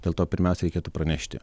dėl to pirmiausia reikėtų pranešti